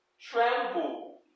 Tremble